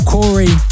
Corey